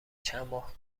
چندماه